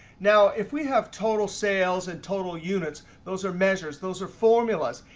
now, if we have total sales and total units, those are measures. those are formulas.